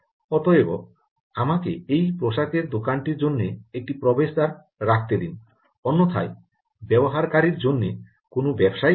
অতএব আমাকে এই পোশাকের দোকানটির জন্য একটি প্রবেশদ্বার রাখতে দিন অন্যথায় ব্যবহারকারীর জন্য কোনও ব্যবসাই হবে না